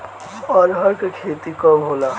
अरहर के खेती कब होला?